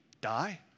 die